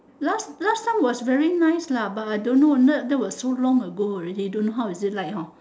last last time was very nice lah but I don't know that that was so long ago already don't know how is it like orh